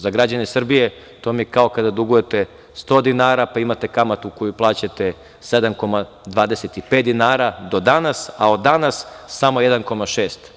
Za građane Srbije, to je kao da dugujete 100 dinara, pa imate kamatu koju plaćate 7,25 dinara do danas, a od danas samo 1,6.